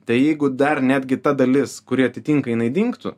tai jeigu dar netgi ta dalis kuri atitinka jinai dingtų